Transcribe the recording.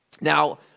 Now